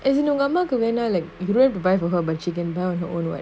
is in ஒங்க அம்மாக்கு வேணுனா:onga ammaaku venunaa like grow it by her but chiken ba~ oh know what